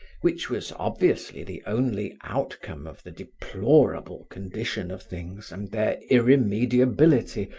which was obviously the only outcome of the deplorable condition of things and their irremediability,